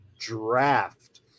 Draft